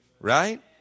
right